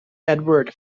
edward